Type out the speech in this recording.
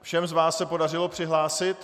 Všem z vás se podařilo přihlásit?